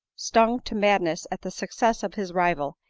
stung to madness at the success of his rival,